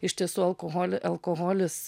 iš tiesų alkoholį alkoholis